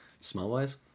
Smell-wise